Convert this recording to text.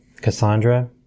Cassandra